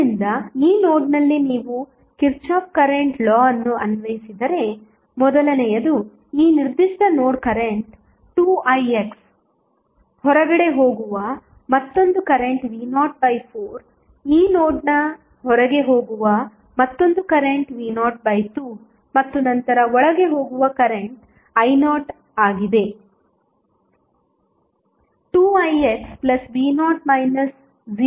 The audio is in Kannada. ಆದ್ದರಿಂದ ಈ ನೋಡ್ನಲ್ಲಿ ನೀವು ಕಿರ್ಚಾಫ್ ಕರೆಂಟ್ ಲಾ ಅನ್ನು ಅನ್ವಯಿಸಿದರೆ ಮೊದಲನೆಯದು ಈ ನಿರ್ದಿಷ್ಟ ನೋಡ್ ಕರೆಂಟ್ 2ix ಹೊರಗಡೆ ಹೋಗುವ ಮತ್ತೊಂದು ಕರೆಂಟ್ v04 ಈ ನೋಡ್ನ ಹೊರಗೆ ಹೋಗುವ ಮತ್ತೊಂದು ಕರೆಂಟ್ v02 ಮತ್ತು ನಂತರ ಒಳಗೆ ಹೋಗುವ ಕರೆಂಟ್ i0 ಆಗಿದೆ